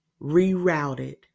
Rerouted